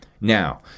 Now